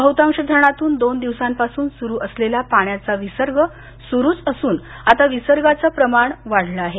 बहुतांश धरणातून दोन दिवसांपासून स्रू असलेला पाण्याचा विसर्ग स्रूच असून आता विसर्गाचं प्रमाण वाढलं आहे